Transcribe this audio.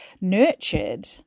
nurtured